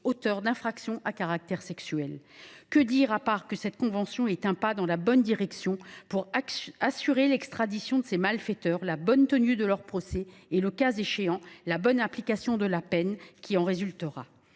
auteurs d’infractions à caractère sexuel. Que dire, à part que cette convention est un pas dans la bonne direction pour assurer l’extradition de ces malfaiteurs, la bonne tenue de leurs procès et, le cas échéant, la bonne application de la peine qui en résultera ?